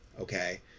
okay